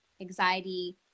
anxiety